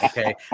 okay